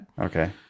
okay